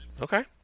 Okay